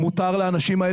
תפסיקו לשלוח אותם.